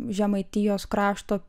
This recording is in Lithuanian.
žemaitijos krašto